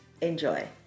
enjoy